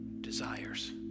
desires